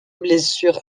blessure